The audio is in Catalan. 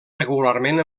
regularment